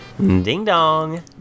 Ding-dong